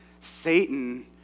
Satan